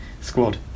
squad